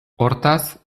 hortaz